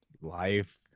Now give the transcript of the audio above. life